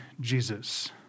Jesus